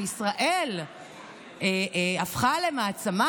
שישראל הפכה למעצמה,